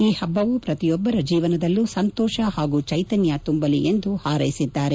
ಈ ಹಬ್ಬವು ಪ್ರತಿಯೊಬ್ಬರ ಜೀವನದಲ್ಲೂ ಸಂತೋಷ ಹಾಗೂ ಚೈತನ್ಯ ತುಂಬಲಿ ಎಂದು ಹಾರ್ಸೆಸಿದ್ದಾರೆ